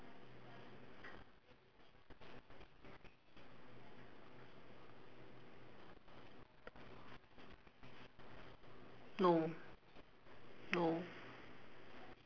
no no